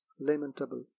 Lamentable